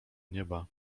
nieba